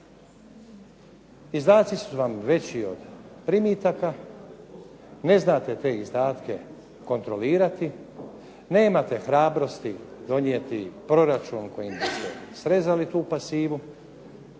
Izdaci su vam veći od primitaka, ne znate te izdatke kontrolirati, nemate hrabrosti donijeti proračun kojim biste srezali tu pasivu,